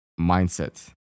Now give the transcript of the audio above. mindset